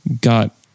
got